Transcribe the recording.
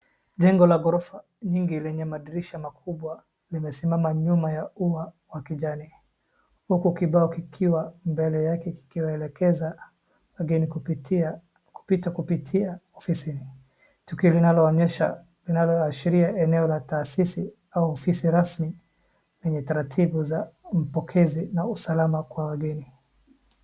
Jengo la gorofa nyingi lenye madirisha makubwa limesimama nyuma ya ua ya kijani, huku kibao kikiwa mbele yake kikiwaelekeza wageni kupita kupitia ofisini, tukio linaloonyesha linaloashiria eneo la taasisi au ofisi rasmi lenye taratibu za mpokezi na usalama kwa wageni.